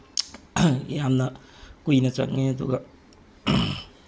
ꯌꯥꯝꯅ ꯀꯨꯏꯅ ꯆꯪꯉꯦ ꯑꯗꯨꯒ